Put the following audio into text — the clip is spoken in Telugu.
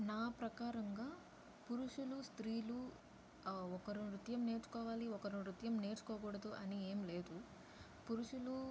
నా ప్రకారంగా పురుషులు స్త్రీలు ఒకరు నృత్యం నేర్చుకోవాలి ఒకరు నృత్యం నేర్చుకోకూడదు అని ఏం లేదు పురుషులు